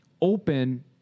open